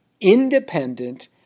independent